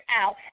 out